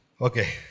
Okay